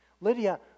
Lydia